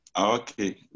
Okay